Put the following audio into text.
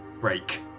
break